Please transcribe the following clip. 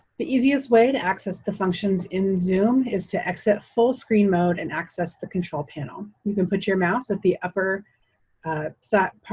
the easiest way to access the functions in zoom is to exit full screen mode and access the control panel. you can put your mouse at the ah ah so